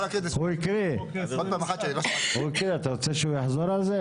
אתה רוצה שהוא יחזור על הנוסח?